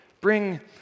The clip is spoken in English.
Bring